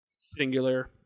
Singular